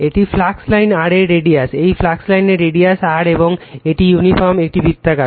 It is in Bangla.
এটি ফ্লাক্স লাইন r এর রেডিয়াস এটি ফ্লাক্স লাইনের রেডিয়াস r এবং এটি ইউনিফর্ম এটি বৃত্তাকার